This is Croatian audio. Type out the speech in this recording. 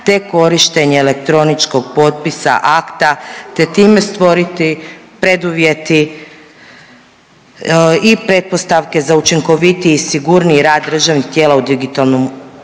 te korištenje elektroničkog potpisa akta te time stvoriti preduvjeti i pretpostavke za učinkovitiji i sigurniji rad državnih tijela u digitalnom okruženju.